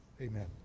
amen